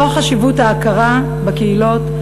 לאור חשיבות ההכרה בקהילות,